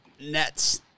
Nets